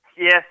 Yes